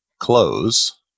close